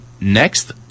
Next